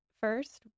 first